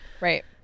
right